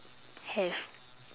have